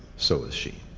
so was she.